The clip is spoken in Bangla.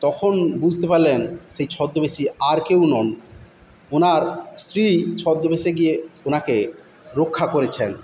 তখন বুঝতে পারলেন সেই ছদ্মবেশী আর কেউ নন ওনার স্ত্রী ছদ্মবেশে গিয়ে ওনাকে রক্ষা করেছেন